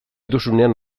duzunean